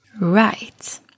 Right